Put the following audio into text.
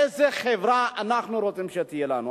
איזו חברה אנחנו רוצים שתהיה לנו?